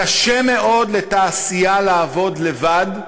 קשה מאוד לתעשייה לעבוד לבד,